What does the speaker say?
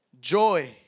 joy